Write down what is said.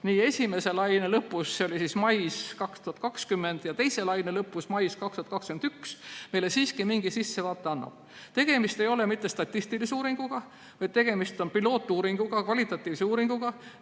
nii esimese laine lõpus, see oli mais 2020, kui ka teise laine lõpus, mais 2021, meile siiski mingi sissevaate annab. Tegemist ei ole mitte statistilise uuringuga, vaid tegemist on pilootuuringuga, kvalitatiivse uuringuga.